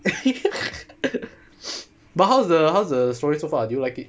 but how's the how's the story so far do you like it